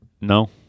No